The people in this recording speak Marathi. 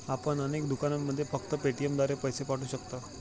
आपण अनेक दुकानांमध्ये फक्त पेटीएमद्वारे पैसे पाठवू शकता